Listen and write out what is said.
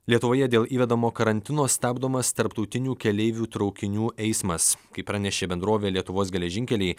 lietuvoje dėl įvedamo karantino stabdomas tarptautinių keleivių traukinių eismas kaip pranešė bendrovė lietuvos geležinkeliai